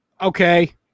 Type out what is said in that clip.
Okay